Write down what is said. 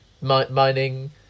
mining